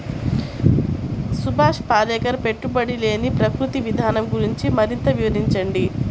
సుభాష్ పాలేకర్ పెట్టుబడి లేని ప్రకృతి విధానం గురించి మరింత వివరించండి